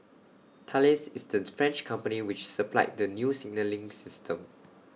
Thales is the French company which supplied the new signalling system